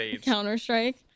Counter-Strike